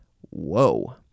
Whoa